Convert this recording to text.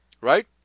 right